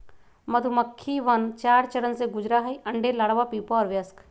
मधुमक्खिवन चार चरण से गुजरा हई अंडे, लार्वा, प्यूपा और वयस्क